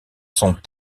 sont